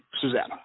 Susanna